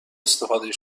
استفاده